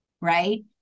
right